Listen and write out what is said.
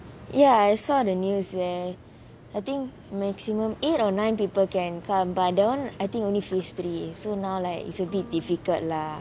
ya I saw the news eh I think maximum eight or nine people can come but that [one] I think only history so now like it's a bit difficult lah